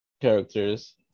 characters